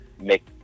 make